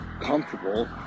comfortable